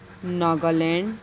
Naga land